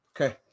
Okay